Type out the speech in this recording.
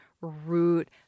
root